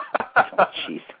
Jeez